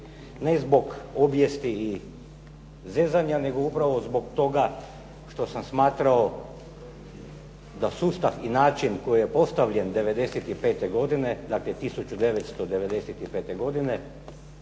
Ne zbog obijesti i zezanja, nego upravo zbog toga što sam smatrao da sustav i način koji je postavljen '95. godine, dakle 1995. godine,